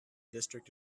district